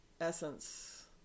essence